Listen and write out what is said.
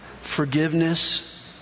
Forgiveness